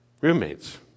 Roommates